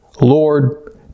Lord